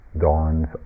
dawns